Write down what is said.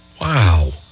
Wow